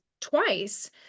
twice